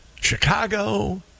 Chicago